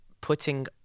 putting